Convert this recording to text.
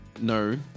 no